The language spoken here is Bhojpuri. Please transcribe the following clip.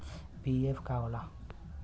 पी.एफ का होला?